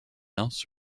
else